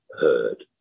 heard